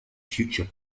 future